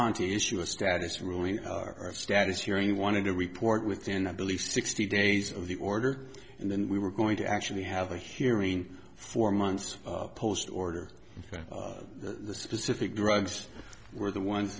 sponte issue a status ruling our status hearing wanted to report within i believe sixty days of the order and then we were going to actually have a hearing four months post order that the specific drugs were the ones